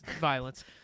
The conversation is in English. violence